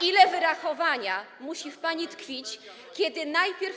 Ile wyrachowania musi w pani tkwić, kiedy najpierw.